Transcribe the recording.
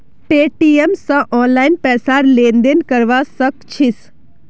Paytm स online पैसार लेन देन करवा सक छिस